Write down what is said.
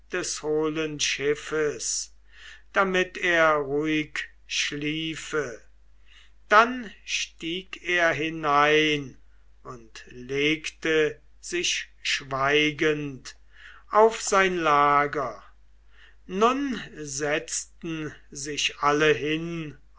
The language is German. des hohlen schiffes damit er ruhig schliefe dann stieg er hinein und legte sich schweigend auf sein lager nun setzten sich alle hin